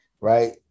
right